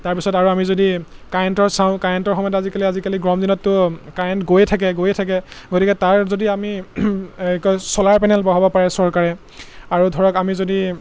তাৰপিছত আৰু আমি যদি কাৰেণ্টৰ চাওঁ কাৰেণ্টৰ সময়ত আজিকালি আজিকালি গৰম দিনততো কাৰেণ্ট গৈয়ে থাকে গৈয়ে থাকে গতিকে তাৰ যদি আমি কি কয় চ'লাৰ পেনেল বঢ়াব পাৰে চৰকাৰে আৰু ধৰক আমি যদি